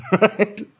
right